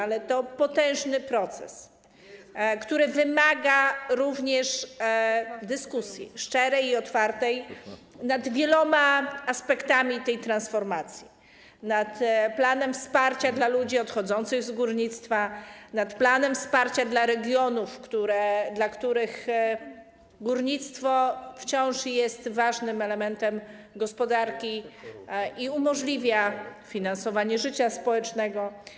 ale to potężny proces, który wymaga również szczerej i otwartej dyskusji nad wieloma aspektami tej transformacji: nad planem wsparcia dla ludzi odchodzących z górnictwa, nad planem wsparcia dla regionów, dla których górnictwo wciąż jest ważnym elementem gospodarki i umożliwia finansowanie życia społecznego.